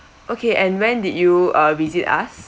okay and when did you uh visit us